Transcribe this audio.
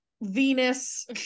Venus